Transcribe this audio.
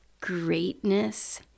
greatness